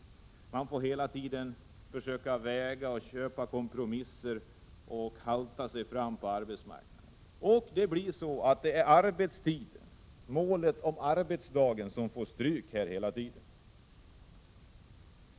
Arbetstagarna får hela tiden försöka väga och köpa kompromisser och halta sig fram på arbetsmarknaden. Det blir hela tiden målet om förkortad arbetsdag som får stryk.